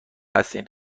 هستین